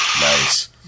Nice